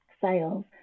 sales